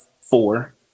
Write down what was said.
four